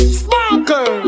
sparkle